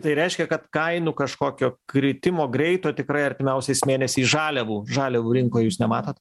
tai reiškia kad kainų kažkokio kritimo greito tikrai artimiausiais mėnesiais žaliavų žaliavų rinkoj jūs nematot